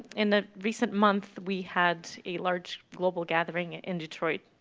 in the recent month we had a large global gathering in detroit,